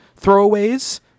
Throwaways